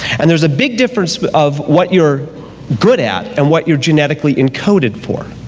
and there's a big difference of what you're good at and what you're genetically encoded for.